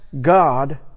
God